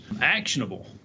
actionable